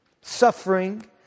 suffering